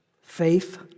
faith